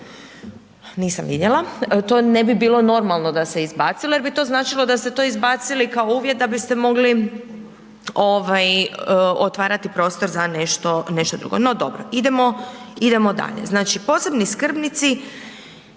nisam vidjela. To bi ne bi bilo normalno da se izbacilo jer bi to značilo da ste to izbacili kao uvjet da biste mogli otvarati prostor za nešto drugo. No dobro. Idemo dalje. Znači posebni skrbnici